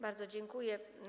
Bardzo dziękuję.